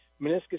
meniscus